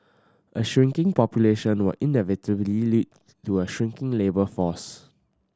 a shrinking population will inevitably lead to a shrinking labour force